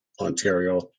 Ontario